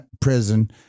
prison